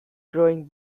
growing